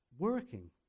Working